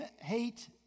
hate